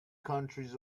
countries